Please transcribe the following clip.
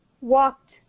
walked